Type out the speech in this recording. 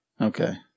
Okay